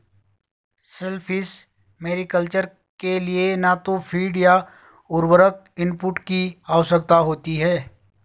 shellfish mariculture के लिए न तो फ़ीड या उर्वरक इनपुट की आवश्यकता होती है